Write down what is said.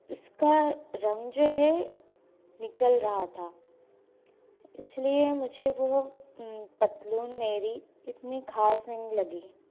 उसका रंग जो है निकल रहा था इस लिए मुझे वह पतलून मेरी इतनी ख़ास नहीं लगी